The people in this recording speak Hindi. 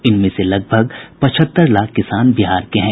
इनमें से लगभग पचहत्तर लाख किसान बिहार के हैं